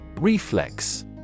Reflex